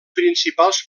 principals